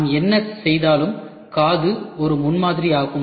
நாம் என்ன செய்தாலும் காது ஒரு முன்மாதிரி ஆகும்